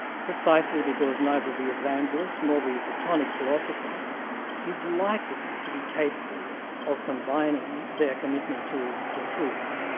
precisely because neither the evangelist nor the platonic philosopher is likely to be capable of combining their commitment to the truth,